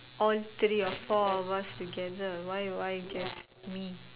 all three or four of us together why why just me